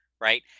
right